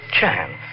chance